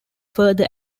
further